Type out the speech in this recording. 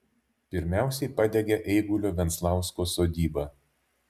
pirmiausiai padegė eigulio venslausko sodybą